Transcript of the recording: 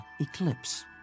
eclipse